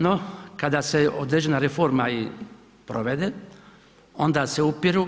No, kada se određena reforma i provede, onda se upiru